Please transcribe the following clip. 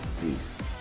peace